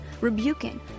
rebuking